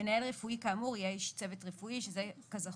מנהל רפואי כאמור יהיה איש צוות רפואי.